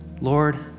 Lord